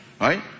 Right